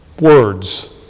words